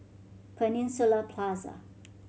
Peninsula Plaza